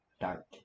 Dark